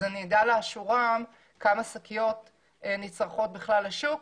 אני אדע כמה שקיות נצרכות בכלל השוק,